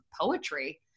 poetry